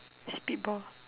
spit ball